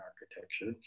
architecture